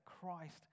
Christ